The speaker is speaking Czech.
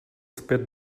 zpět